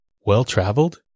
well-traveled